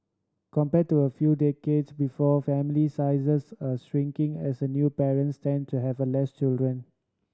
compared to a few decades before family sizes are shrinking as a new parents tend to have less children